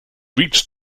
reached